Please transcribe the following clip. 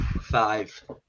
Five